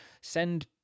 send